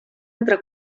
entre